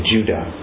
Judah